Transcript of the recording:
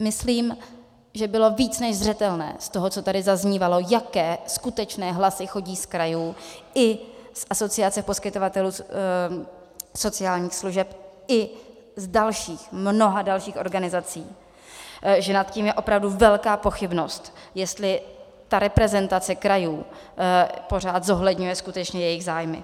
Myslím, že bylo více než zřetelné z toho, co tady zaznívalo, jaké skutečné hlasy chodí z krajů i z Asociace poskytovatelů sociálních služeb i z dalších, mnoha dalších organizací, že nad tím je opravdu velká pochybnost, jestli ta reprezentace krajů pořád zohledňuje skutečně jejich zájmy.